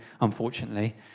unfortunately